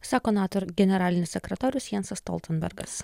sako nato generalinis sekretorius jansas stoltenbergas